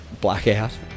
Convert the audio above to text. blackout